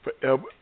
forever